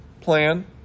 plan